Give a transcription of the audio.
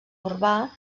urbà